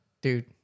Dude